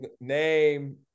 Name